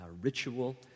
ritual